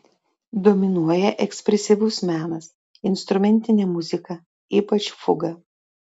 dominuoja ekspresyvus menas instrumentinė muzika ypač fuga